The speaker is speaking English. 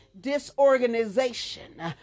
disorganization